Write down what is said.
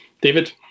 David